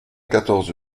quatorze